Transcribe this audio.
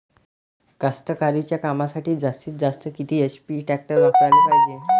कास्तकारीच्या कामासाठी जास्तीत जास्त किती एच.पी टॅक्टर वापराले पायजे?